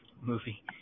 movie